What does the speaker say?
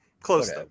Close